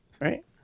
right